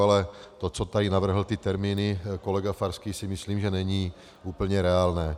Ale to, co tady navrhl, ty termíny, kolega Farský, si myslím, že není úplně reálné.